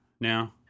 now